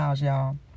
y'all